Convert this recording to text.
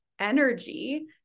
energy